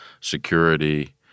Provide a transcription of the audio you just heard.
security